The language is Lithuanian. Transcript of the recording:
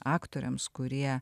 aktoriams kurie